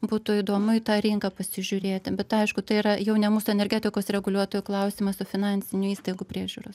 būtų įdomu į tą rinką pasižiūrėti bet aišku tai yra jau ne mūsų energetikos reguliuotojų klausimas o finansinių įstaigų priežiūros